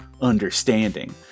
understanding